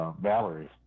Valerie